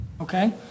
Okay